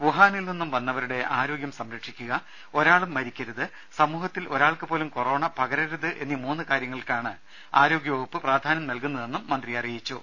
വുഹാനിൽ നിന്നും വന്നവരുടെ ആരോഗൃം സംരക്ഷിക്കുക ഒരാളും മരിക്കരുത് സമൂഹത്തിൽ ഒരാൾക്ക് പോലും കൊറോണ പകരരുത് എന്നീ മൂന്ന് കാര്യ ങ്ങൾക്കാണ് ആരോഗ്യ വകുപ്പ് പ്രാധാന്യം നൽകുന്നതെന്നും മന്ത്രി വ്യക്തമാക്കി